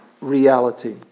reality